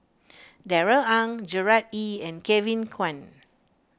Darrell Ang Gerard Ee and Kevin Kwan